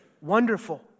wonderful